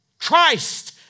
Christ